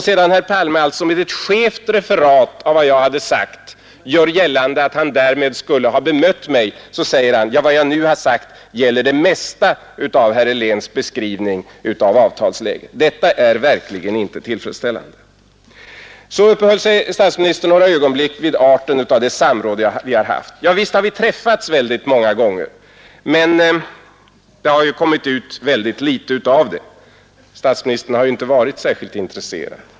Sedan herr Palme lämnat ett skevt referat av vad jag skulle ha sagt gör han gällande att han därmed skulle ha bemött mig och säger: ”Vad jag nu har sagt gäller det mesta av herr Heléns beskrivning av avtalsläget.” Detta är verkligen inte tillfredsställande. Så uppehöll sig statsministern några ögonblick vid arten av det samråd vi har haft. Ja, visst har vi träffats många gånger, men det har kommit ut mycket litet därav. Statsministern har inte varit särskilt intresserad.